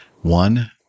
one